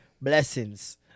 Blessings